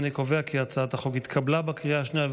אני קובע כי הצעת החוק התקבלה בקריאה השנייה.